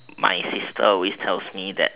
my sister always tells me that